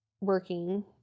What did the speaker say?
working